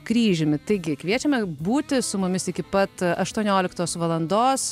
kryžiumi taigi kviečiame būti su mumis iki pat aštuonioliktos valandos